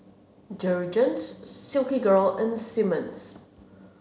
Jergens Silkygirl and Simmons